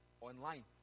online